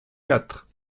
quatre